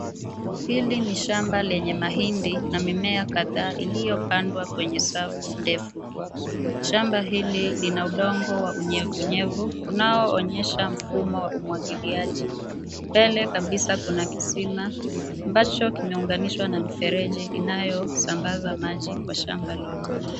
Hili ni shamba lenye mahindi na mimea kadhaa iliyopandwa kwenye safu ndefu. Shamba hili lina udongo wa unyevunyevu, unaoonyesha mfumo wa umwagiliaji. Mbele kabisa kuna kisima, ambacho kimeunganishwa na mifereji inayosambaza maji kwa shamba lote.